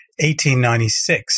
1896